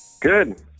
Good